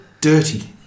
dirty